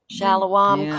Shalom